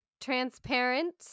Transparent